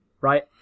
right